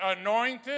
anointed